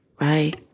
right